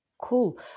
Cool